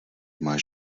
máš